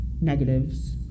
negatives